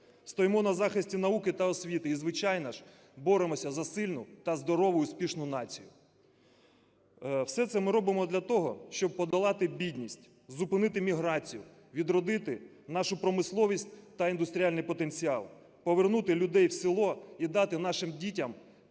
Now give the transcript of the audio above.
стоїмо на захисті науки та освіти, і, звичайно ж, боремося за сильну та здорову, успішну націю. Все це ми робимо для того, щоб подолати бідність, зупинити міграцію, відродити нашу промисловість та індустріальний потенціал, повернути людей в село і дати нашим дітям